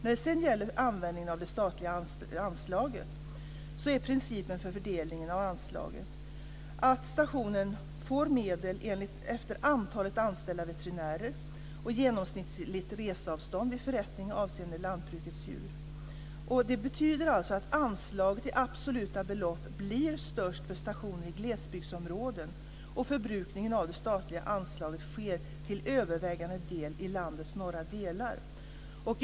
När det sedan gäller användningen av det statliga anslaget är principen för fördelningen av anslaget att stationen får medel efter antalet anställda veterinärer och genomsnittligt reseavstånd vid förrättning avseende lantbrukets djur. Det betyder alltså att anslagen i absoluta belopp blir störst till stationer i glesbygdsområden, och förbrukningen av det statliga anslaget sker till övervägande del i landets norra delar.